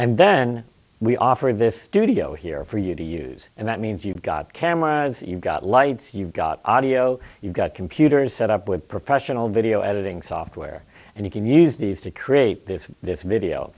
and then we offer this studio here for you to use and that means you've got cameras you've got lights you've got audio you've got computers set up with professional video editing software and you can use these to create this